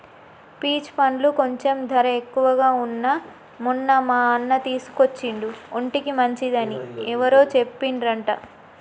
peach పండ్లు కొంచెం ధర ఎక్కువగా వున్నా మొన్న మా అన్న తీసుకొచ్చిండు ఒంటికి మంచిది అని ఎవరో చెప్పిండ్రంట